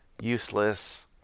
useless